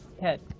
head